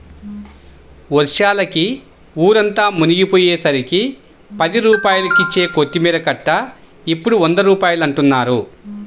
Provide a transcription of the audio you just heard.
వర్షాలకి ఊరంతా మునిగిపొయ్యేసరికి పది రూపాయలకిచ్చే కొత్తిమీర కట్ట ఇప్పుడు వంద రూపాయలంటన్నారు